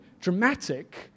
dramatic